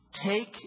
take